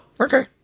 Okay